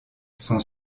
son